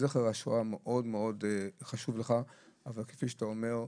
זכר השואה מאוד מאוד חשוב לך, אבל כפי שאתה אומר,